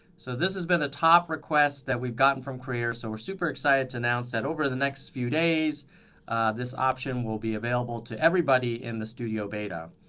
so this has been a top request that we've gotten from creators so we're super excited to announce that over the next few days this option will be available to everybody in the studio beta.